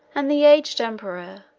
and the aged emperor,